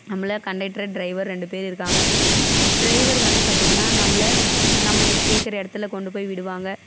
நம்மள conductor driver ரெண்டு பேர் இருக்காங்க ட்ரைவர் வந்து பார்த்திங்கன்னா நம்மள நம்மை கேட்கற இடத்துல கொண்டு போய் விடுவாங்க